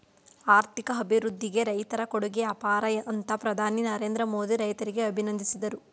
ಆರ್ಥಿಕ ಅಭಿವೃದ್ಧಿಗೆ ರೈತರ ಕೊಡುಗೆ ಅಪಾರ ಅಂತ ಪ್ರಧಾನಿ ನರೇಂದ್ರ ಮೋದಿ ರೈತರಿಗೆ ಅಭಿನಂದಿಸಿದರು